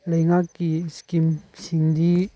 ꯂꯩꯉꯥꯛꯀꯤ ꯁ꯭ꯀꯤꯝꯁꯤꯡꯗꯤ